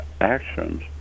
actions